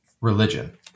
religion